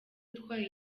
utwaye